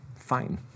fine